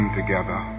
together